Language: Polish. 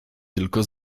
tylko